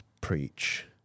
preach